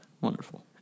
Wonderful